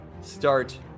start